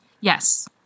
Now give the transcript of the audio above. Yes